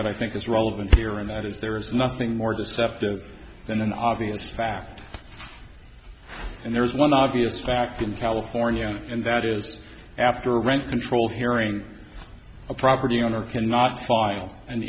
that i think is relevant here and that is there is nothing more deceptive than an obvious fact and there is one obvious fact in california and that is after rent control hearing a property owner cannot file an